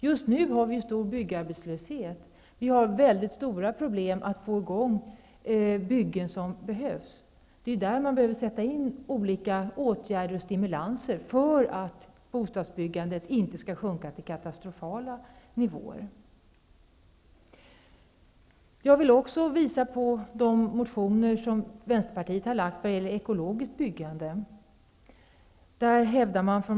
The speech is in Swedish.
Just nu har vi ju stor byggarbetslöshet, vi har väldigt stora problem att få i gång byggen som behövs. Det är därför nödvändigt att sätta in olika åtgärder och stimulanser för att bostadsbyggandet inte skall sjunka till katastrofalt låga nivåer. Jag vill också visa på de motioner Vänsterpartiet har väckt vad gäller ekologiskt byggande.